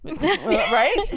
right